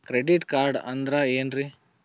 Credit card ಅಂದ್ರ ಏನ್ರೀ?